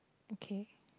okay